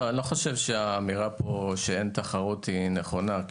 אני לא חושב שהאמירה פה שאין תחרות היא נכונה.